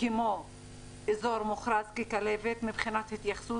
כדין אזור מוכרז כנגוע בכלבת מבחינת ההתייחסות